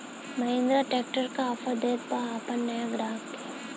Mahindra tractor का offer देत बा अपना नया ग्राहक के?